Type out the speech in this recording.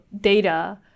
data